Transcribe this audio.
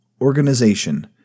Organization